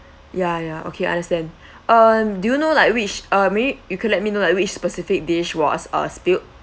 ya ya okay understand uh do you know like which uh meaning you could let me know lah which specific dish was uh spilt